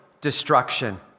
destruction